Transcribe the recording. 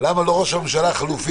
בסדר גמור.